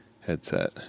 headset